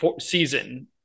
season